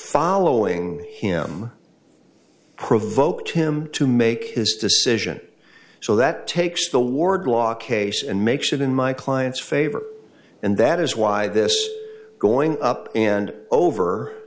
following him provoked him to make his decision so that takes the wardlaw case and make shit in my client's favor and that is why this going up and